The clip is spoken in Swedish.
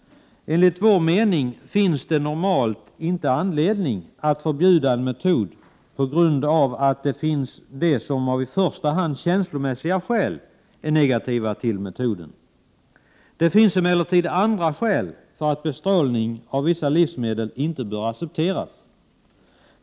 Enligt vår mening finns det normalt inte anledning att förbjuda en metod på grund av att det finns människor som i första hand av känslomässiga skäl är negativa till metoden. Det finns emellertid andra skäl för att bestrålning av vissa livsmedel inte bör accepteras.